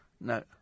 No